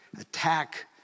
attack